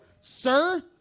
Sir